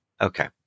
Okay